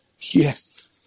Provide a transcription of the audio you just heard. yes